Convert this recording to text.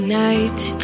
nights